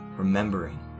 Remembering